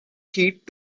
heat